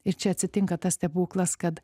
ir čia atsitinka tas stebuklas kad